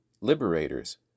liberators